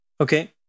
Okay